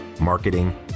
marketing